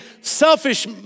selfish